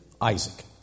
Isaac